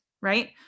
right